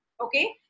okay